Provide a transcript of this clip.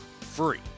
free